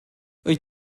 wyt